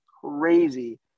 crazy